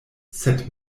sed